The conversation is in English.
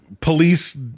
police